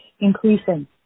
increasing